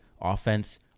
offense